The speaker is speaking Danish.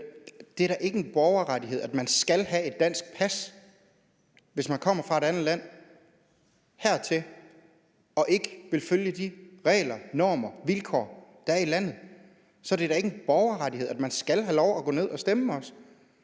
men det er da ikke en borgerrettighed, at man skal kunne få et dansk pas. Hvis man kommer hertil fra et andet land og ikke vil følge de regler, normer og vilkår, der er her i landet, er det da ikke en borgerrettighed, at man skal have lov at gå ned og stemme. Jeg er